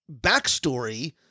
backstory